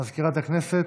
מזכירת הכנסת,